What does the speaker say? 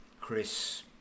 Chris